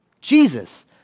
Jesus